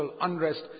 unrest